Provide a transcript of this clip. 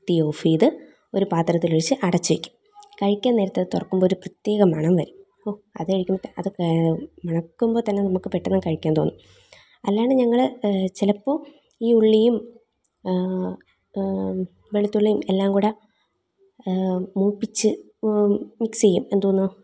തീ ഓഫ് ചെയ്ത് ഒരു പാത്രത്തിൽ വെച്ച് അടച്ച് വെക്കും കഴിക്കാൻ നേരത്ത് അത് തുറക്കുമ്പോൾ ഒരു പ്രത്യേക മണം വരും ഓഹ് അത് കഴിക്കുമ്പോൾ അത് മണക്കുമ്പോൾ തന്നെ നമുക്ക് പെട്ടെന്ന് കഴിക്കാൻ തോന്നും അല്ലാണ്ടു ഞങ്ങൾ ചിലപ്പോൾ ഈ ഉള്ളിയും വെളുത്തുള്ളിയും എല്ലാം കൂടെ മൂപ്പിച്ച് മിക്സ് ചെയ്യും എന്തോന്ന്